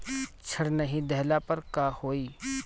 ऋण नही दहला पर का होइ?